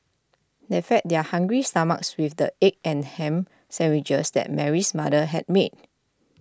they fed their hungry stomachs with the egg and ham sandwiches that Mary's mother had made